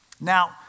Now